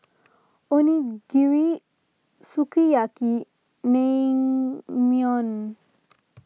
Onigiri Sukiyaki and Naengmyeon